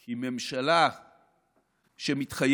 כי ממשלה שמתחייבת